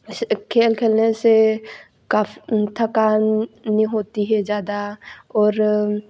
खेल खेलने से काफी थकान नहीं होती है ज्यादा और